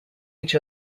each